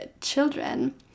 children